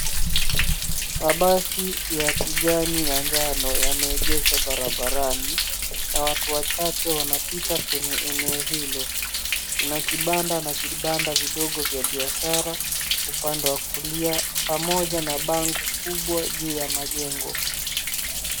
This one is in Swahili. Mabasi ya kijani na njano yamegeeshwa barabarani na watu wachache wanapita kwenye eneo hilo. Kuna kibanda na vibanda vidogo vya biashara upande wa kulia pamoja na bango kubwa juu ya majengo.